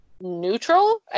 neutral